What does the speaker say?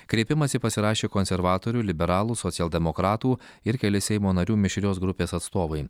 kreipimąsi pasirašė konservatorių liberalų socialdemokratų ir keli seimo narių mišrios grupės atstovai